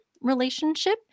relationship